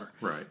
Right